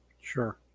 Sure